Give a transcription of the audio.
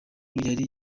yari